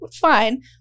fine